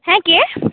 হ্যাঁ কে